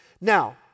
Now